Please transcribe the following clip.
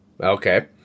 Okay